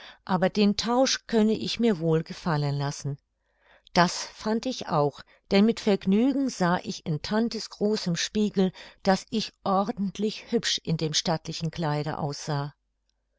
aber den tausch könne ich mir wohl gefallen lassen das fand ich auch denn mit vergnügen sah ich in tante's großem spiegel daß ich ordentlich hübsch in dem stattlichen kleide aussah